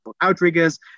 outriggers